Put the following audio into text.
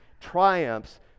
triumphs